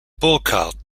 burckhardt